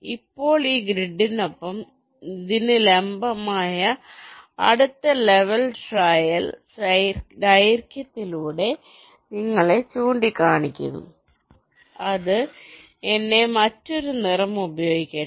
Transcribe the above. ഇപ്പോൾ ഈ ഗ്രിഡിനൊപ്പം ഇതിന് ലംബമായ അടുത്ത ലെവൽ ട്രയൽ ദൈർഘ്യത്തിലൂടെ നിങ്ങളെ ചൂണ്ടിക്കാണിക്കുന്നു അത് എന്നെ മറ്റൊരു നിറം ഉപയോഗിക്കട്ടെ